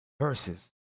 versus